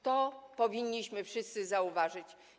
To powinniśmy wszyscy zauważyć.